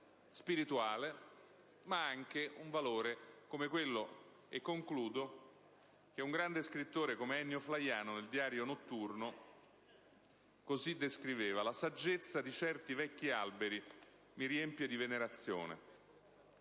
spirituale, ma anche un valore come quello che - e concludo - un grande scrittore quale Ennio Flaiano, nel «Diario notturno», così descriveva: «La saggezza di certi vecchi alberi mi riempie di venerazione.